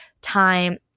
time